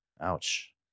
Ouch